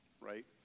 right